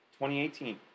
2018